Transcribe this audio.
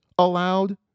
allowed